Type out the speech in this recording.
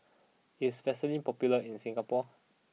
is Vaselin popular in Singapore